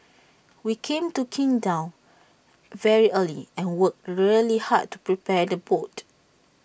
we came to Qingdao very early and worked really hard to prepare the boat